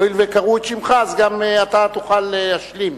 הואיל וקראו את שמך, אז גם אתה תוכל להשלים.